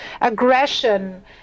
aggression